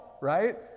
right